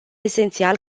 esențial